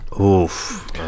Oof